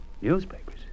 Newspapers